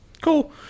Cool